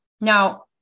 Now